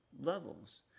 levels